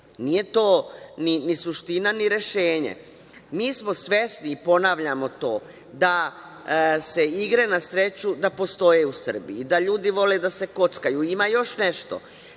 Nije to ni suština, ni rešenje. Mi smo svesni i ponavljamo to da igre na sreću postoje u Srbiji, da ljudi vole da se kockaju. Ima još nešto,